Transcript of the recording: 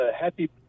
happy